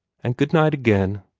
and good-night again,